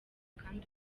kandi